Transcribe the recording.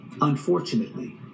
unfortunately